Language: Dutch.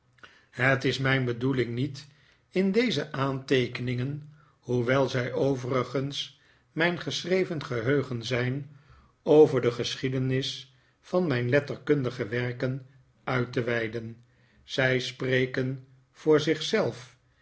het is mijn bedoeling niet in deze aanteekeningen hoewel zij overigens mijn geschreven geheugen zijn over de geschiedenis van mijn letterkundige werken uit te weiden zij spreken voor